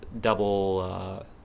double